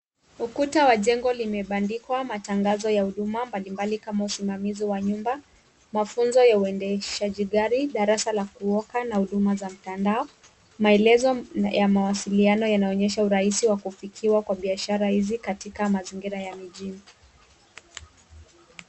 Ukuta wa jengo limebandikwa matangazo ya huduma mbalimbali kama usimamizi wa nyumba, mafunzo ya uendeshaji gari, darasa kuoka na huduma za mtandao, maelezo ya mawasiliano yanaonyesha urahisi wa kufikiwa kwa biashara hizi katika mazingira ya mijini.